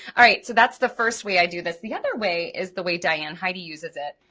alright, so that's the first way i do this. the other way is the way diane heidi uses it,